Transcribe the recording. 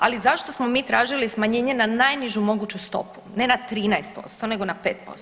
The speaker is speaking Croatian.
Ali zašto smo mi tražili smanjenje na najnižu moguću stopu, ne na 13% nego na 5%